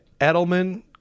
Edelman